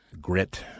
grit